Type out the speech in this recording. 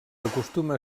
acostuma